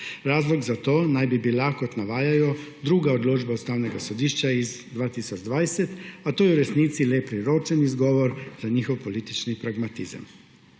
Razlog za to naj bi bila, kot navajajo, druga odločba Ustavnega sodišča iz 2020, pa to je v resnici le priročen izgovor za njihov politični pragmatizem.